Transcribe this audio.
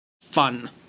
Fun